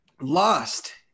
lost